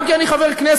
גם כי אני חבר כנסת,